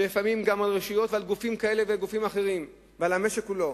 ולפעמים גם על רשויות ועל גופים כאלה ואחרים ועל המשק כולו.